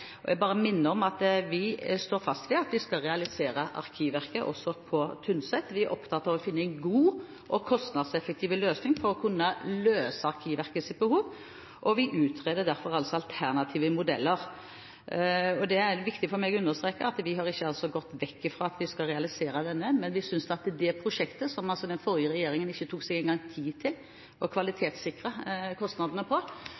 Jeg vil bare minne om at vi står fast ved at vi skal realisere Arkivverket, også på Tynset. Vi er opptatt av å finne en god og kostnadseffektiv løsning for å kunne løse Arkivverkets behov, og vi utreder derfor altså alternative modeller. Det er viktig for meg å understreke at vi ikke har gått vekk fra at vi skal realisere dette. Men dette prosjektet tok den forrige regjeringen seg ikke engang tid til å kvalitetssikre kostnadene